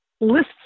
lists